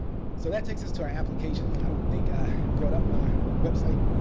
so that takes us to our application. i don't think i brought up my website.